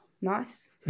Nice